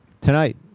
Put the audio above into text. Tonight